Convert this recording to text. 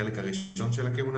החלק הראשון של הכהונה,